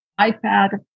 iPad